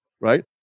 right